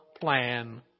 plan